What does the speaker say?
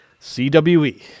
CWE